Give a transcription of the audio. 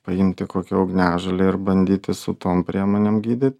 paimti kokią ugniažolę ir bandyti su tom priemonėm gydyt